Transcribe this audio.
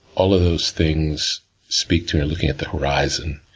all of those things speak to or, looking at the horizon,